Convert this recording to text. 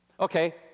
Okay